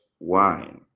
wine